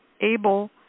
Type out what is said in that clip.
able